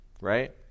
right